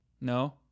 No